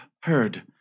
heard